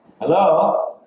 Hello